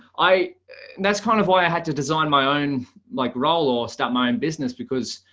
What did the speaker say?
i that's kind of why i had to design my own like role or start my own business because